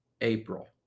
April